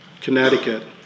Connecticut